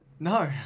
No